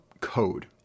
code